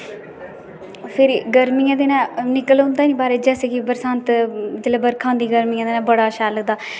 फिरी गर्मिये दे दिने निकलन होंदा नेई बाहरे गी जेसे कि बरसांत जिसले बर्खा आंदी गर्मिये दे दिने बडा शैल लगदा